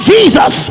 Jesus